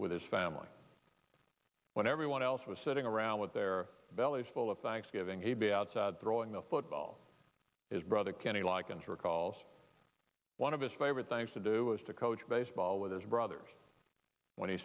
with his family when everyone else was sitting around with their bellies full of thanksgiving a b outside throwing the football is brother kenny loggins recalls one of his favorite things to do is to coach baseball with his brothers when he